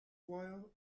while